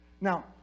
Now